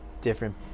Different